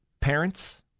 parents